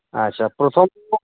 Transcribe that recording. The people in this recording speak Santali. ᱟᱪ ᱪᱷᱟ ᱯᱨᱚᱛᱷᱚᱢ ᱫᱚ